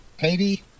Katie